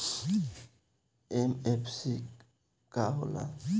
MFC का होला?